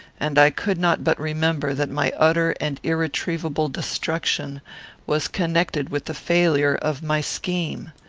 and i could not but remember that my utter and irretrievable destruction was connected with the failure of my scheme.